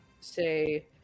say